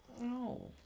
No